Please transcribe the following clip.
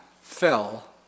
fell